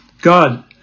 God